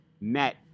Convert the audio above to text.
met